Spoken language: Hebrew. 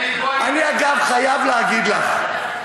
אני חייב להגיד לך,